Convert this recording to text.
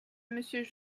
monsieur